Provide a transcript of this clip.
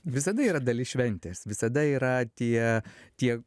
visada yra dalis šventės visada yra tie tie